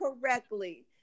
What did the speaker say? correctly